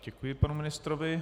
Děkuji panu ministrovi.